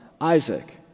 Isaac